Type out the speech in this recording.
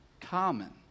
common